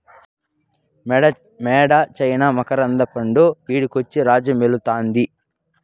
యేడ చైనా మకరంద పండు ఈడకొచ్చి రాజ్యమేలుతాంది